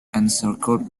encircled